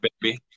baby